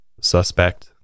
suspect